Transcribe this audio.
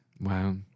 Wow